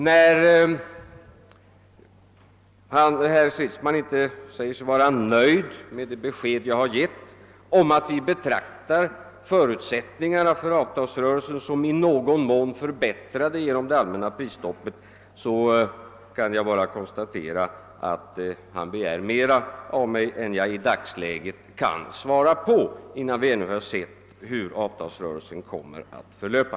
När herr Stridsman säger sig inte vara nöjd med det besked iag gett om att vi betraktar förutsättningarna för avtalsrörelsen som i någon mån förbättrade genom det allmänna prisstoppet, kan jag bara konstatera att han begär att jag skall svara på mer än vad som är möjligt i dagens läge, dvs. innan ' vi sett hur avtalsrörelsen kommer att förlöpa.